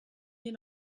wir